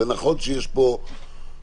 זה נכון שיש פה משהו